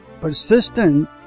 persistent